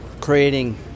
creating